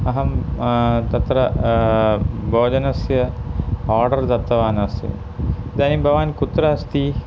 अहं तत्र भोजनस्य आर्डर् दत्तवान् अस्मि इदानीं भवान् कुत्र अस्ति